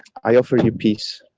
i offer you peace.